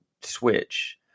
switch